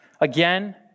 again